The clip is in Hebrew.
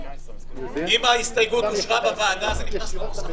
אם ההסתייגות אושרה בוועדה, זה נכנס לנוסח החוק.